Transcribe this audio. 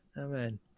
Amen